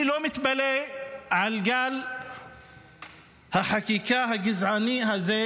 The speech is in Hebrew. אני לא מתפלא על גל החקיקה הגזעני הזה,